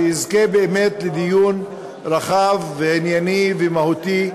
כדי שיזכה באמת לדיון רחב וענייני ומהותי.